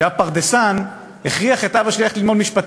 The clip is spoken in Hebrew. שהיה פרדסן, הכריח את אבא שלי ללכת ללמוד משפטים.